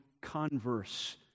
converse